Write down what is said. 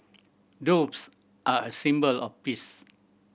doves are a symbol of peace